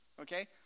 Okay